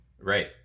Right